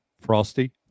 Frosty